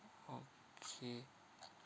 okay